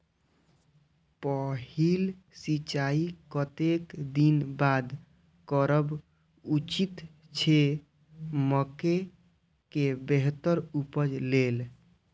पहिल सिंचाई कतेक दिन बाद करब उचित छे मके के बेहतर उपज लेल?